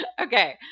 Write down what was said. Okay